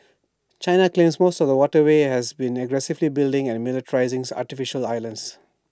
China claims most of the waterway and has been aggressively building and militarising artificial islands